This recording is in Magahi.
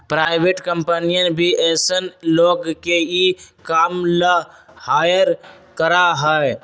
प्राइवेट कम्पनियन भी ऐसन लोग के ई काम ला हायर करा हई